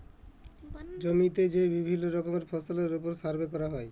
জমিতে যে বিভিল্য রকমের ফসলের ওপর সার্ভে ক্যরা হ্যয়